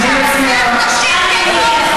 שאני אדבר כמוכם.